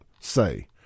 say